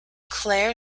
claire